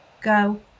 go